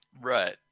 right